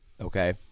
okay